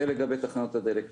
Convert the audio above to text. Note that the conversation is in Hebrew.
זה לגבי תחנות הדלק.